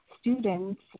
students